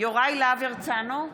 יוראי להב הרצנו,